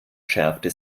schärfte